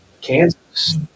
Kansas